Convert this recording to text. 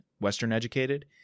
Western-educated